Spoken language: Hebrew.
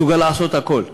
מסוגל לעשות הכול.